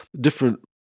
different